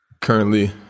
Currently